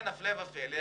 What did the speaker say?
ראה זה פלא,